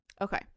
Okay